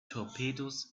torpedos